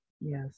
Yes